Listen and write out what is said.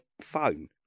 phone